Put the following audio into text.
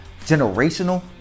generational